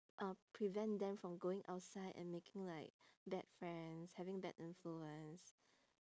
uh prevent them from going outside and making like bad friends having bad influence